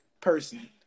person